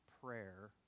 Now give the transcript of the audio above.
prayer